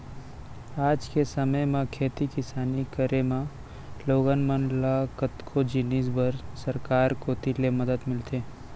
आज के समे म खेती किसानी करे म लोगन मन ल कतको जिनिस बर सरकार कोती ले मदद मिलथे